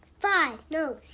five, no